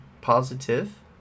positive